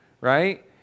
right